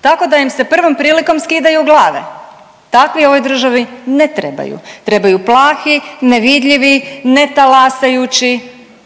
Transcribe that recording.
Tako da im se prvom prilikom skidaju glave. Takvi ovoj državi ne trebaju. Trebaju plahi, nevidljivi, netalasajući